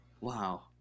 Wow